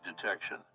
detection